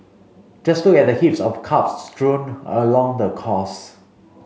just look at the heaps of cups strewn along the course